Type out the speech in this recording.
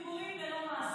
דיבורים, ולא מעשים.